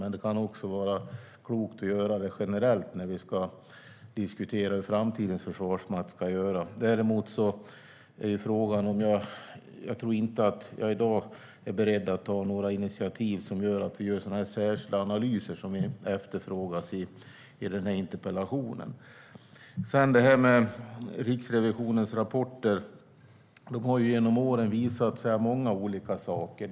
Men det kan också vara klokt att göra det generellt när vi ska diskutera hur framtidens försvarsmakt ska göra. Däremot är jag inte i dag beredd att ta några initiativ till särskilda analyser som efterfrågas i interpellationen. När det gäller Riksrevisionens rapporter har de genom åren visat många olika saker.